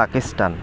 Pakistan